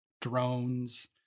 drones